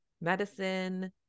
medicine